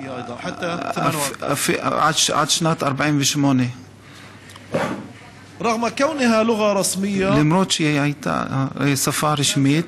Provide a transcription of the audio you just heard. עד שנת 1948. אף שהיא הייתה שפה רשמית,